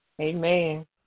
Amen